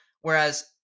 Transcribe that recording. Whereas